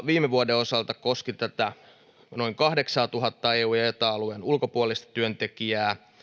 viime vuoden osalta koski noin kahdeksaatuhatta eu ja eta alueen ulkopuolista työntekijää